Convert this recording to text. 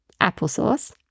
applesauce